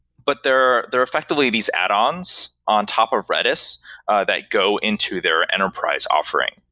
but they're they're effectively these add-ons on top of redis that go into their enterprise offering.